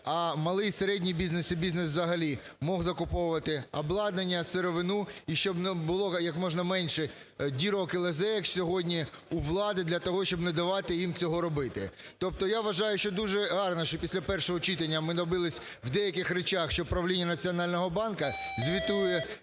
а малий і середній бізнес, і бізнес взагалі міг закуповувати обладнання, сировину. І щоб було якомога менше дірок і лазєєк сьогодні у влади для того, щоб не давати їм цього робити. Тобто я вважаю, що дуже гарно, що після першого читання ми добились в деяких речах, що Правління Національного банку звітує